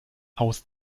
aus